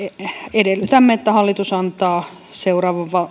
edellytämme että hallitus antaa seuraavan